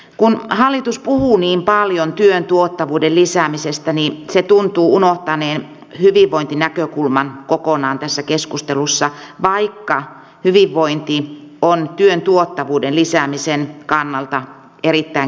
kun hallitus puhuu niin paljon työn tuottavuuden lisäämisestä niin se tuntuu unohtaneen hyvinvointinäkökulman kokonaan tässä keskustelussa vaikka hyvinvointi on työn tuottavuuden lisäämisen kannalta erittäin keskeinen tekijä